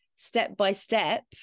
step-by-step